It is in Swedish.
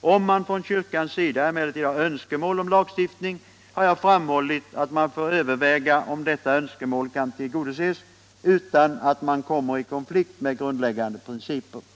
Om man från kyrkans sida emellertid har önskemål om lagstiftning har jag framhållit att man får överväga om detta önskemål kan tillgodoses utan att man kommer i konflikt med grundläggande principer.